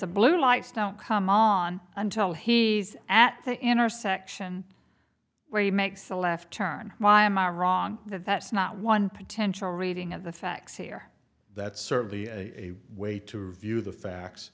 a blue lights don't come on until he is at the intersection where he makes a left turn why am i wrong that's not one potential reading of the facts here that's certainly a way to view the